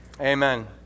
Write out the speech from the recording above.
amen